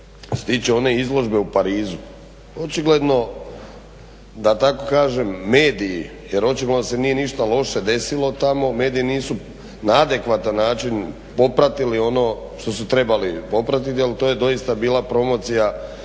tiče one izložbe u Parizu, očigledno da tako kažem mediji jer očigledno se nije ništa loše desilo tamo, mediji nisu na adekvatan način popratili ono što su trebali popratiti, ali to je doista bila promocija